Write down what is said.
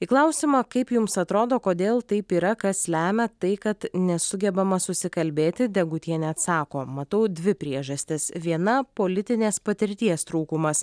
į klausimą kaip jums atrodo kodėl taip yra kas lemia tai kad nesugebama susikalbėti degutienė atsako matau dvi priežastis viena politinės patirties trūkumas